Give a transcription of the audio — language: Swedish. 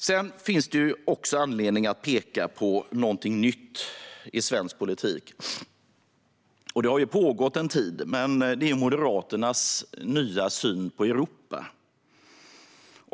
Det finns också anledning att peka på någonting som är nytt i svensk politik även om det har pågått en tid. Det är Moderaternas nya syn på Europa.